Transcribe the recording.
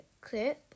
clip